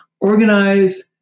organize